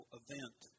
event